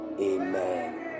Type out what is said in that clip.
Amen